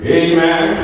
amen